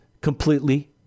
completely